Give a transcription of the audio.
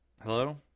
hello